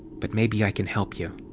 but maybe i can help you.